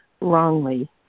wrongly